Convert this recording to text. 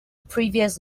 previous